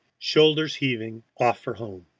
shoulders heaving, off for home.